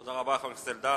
תודה רבה, חבר הכנסת אלדד.